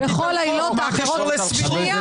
מה הקשר לסבירות?